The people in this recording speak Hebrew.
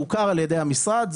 שהוכר על ידי המשרד,